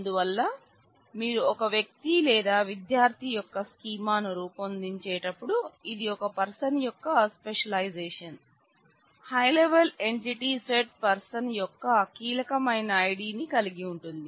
అందువల్ల మీరు ఒక వ్యక్తి లేదా విద్యార్థి యొక్క స్కీమాను రూపొందించేటప్పుడు ఇది ఒక పర్సన్ యొక్క specialisation high level entity set person యొక్క కీలకమైన ఐడిని కలిగి ఉంటుంది